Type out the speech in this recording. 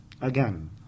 again